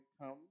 come